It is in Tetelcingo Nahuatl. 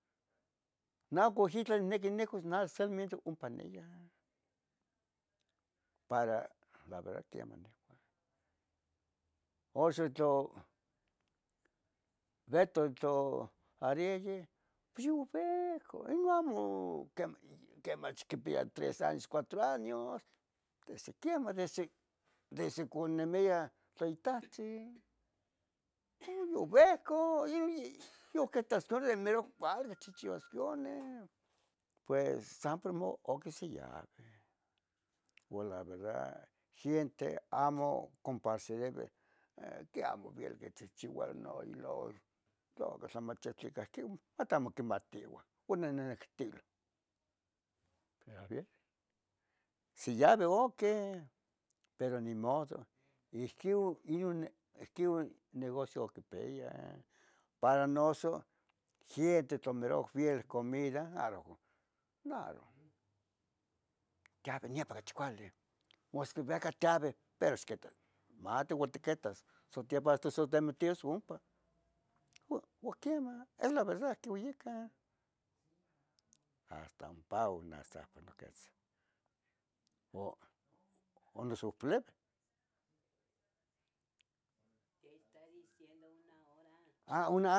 Nah gu itlah nihqui nicuas umpa nias, la verda queman nicua. Oxo tlo, Beto tlo Areye pos yeh oveh inon quemach, quemach quipia tres años cuatro años desde quieman, desde que uniamia itahtzin. Cu yuvencah imero padre chichiuasquione sa por mo oquisiyave, pue la verda gente amo complacereve, qui amo velic quichihchivayo no iolor quio tlamachihtica hasta amo quimatiueh pero aver, siyave oque pero nimodo, ihqui inon, ihqui inon negocio oquipiaya para noso fiel comida arogo, aro tianca nepa cachi cuali, mustla vica tiaveh pero ixtequeta mate uan tequetas sotepan hasta so tementias ompa uan, uan quemah es la verda quiuicah. Hasta pao no safa noquetz o noso poleve. Te esta dieciendo una hora, ah una hora